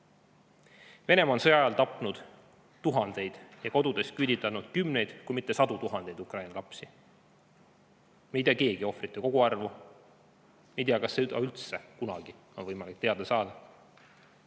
Venemaa on sõja ajal tapnud tuhandeid ja kodudest küüditanud kümneid, kui mitte sadu tuhandeid Ukraina lapsi. Mitte keegi meist ei tea ohvrite koguarvu. Me ei tea, kas seda üldse on kunagi võimalik teada saada.